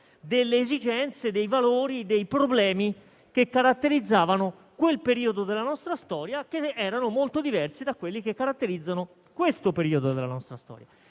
delle esigenze, dei valori e dei problemi che caratterizzavano quel periodo della nostra storia e che erano molto diversi da quelli che caratterizzano l'attuale periodo della nostra storia.